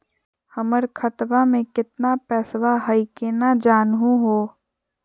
हमर खतवा मे केतना पैसवा हई, केना जानहु हो?